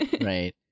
Right